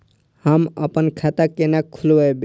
हम अपन खाता केना खोलैब?